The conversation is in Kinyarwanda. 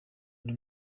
undi